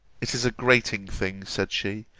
it is a grating thing, said she,